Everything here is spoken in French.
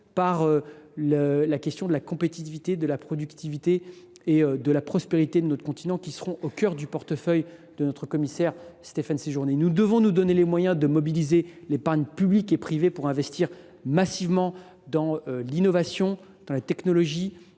par celui de la compétitivité, de la productivité et de la prospérité de notre continent, qui sera au cœur du portefeuille de notre commissaire Stéphane Séjourné. Nous devons nous donner les moyens de mobiliser l’épargne publique et privée pour investir massivement dans l’innovation, dans la technologie,